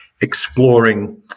exploring